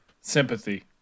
Sympathy